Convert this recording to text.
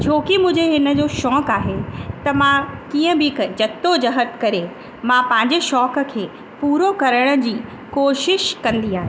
छो कि मूं जे हिनजो शौक़ु आहे त मां कीअं बि करे जद्दोजहद करे मां पंहिंजे शौक़ु खे पूरो करण जी कोशिश कंदी आहियां